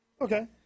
Okay